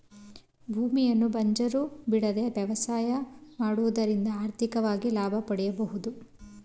ಭೂಮಿಯನ್ನು ಬಂಜರು ಬಿಡದೆ ವ್ಯವಸಾಯ ಮಾಡುವುದರಿಂದ ಆರ್ಥಿಕವಾಗಿ ಲಾಭ ಪಡೆಯಬೋದು